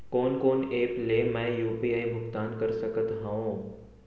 कोन कोन एप ले मैं यू.पी.आई भुगतान कर सकत हओं?